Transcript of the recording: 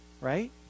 right